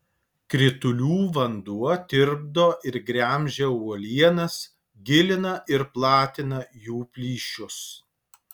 kritulių vanduo tirpdo ir gremžia uolienas gilina ir platina jų plyšius